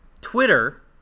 twitter